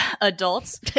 adults